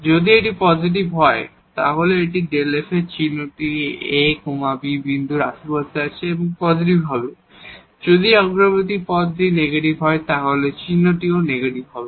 যদি এটি পজিটিভ হয় তাহলে এই Δ f এর চিহ্নটি এই a b বিন্দুর আশেপাশে আছে পজিটিভ হবে যদি এই অগ্রবর্তী পদটি নেগেটিভ হয় তবে চিহ্নটি নেগেটিভ হবে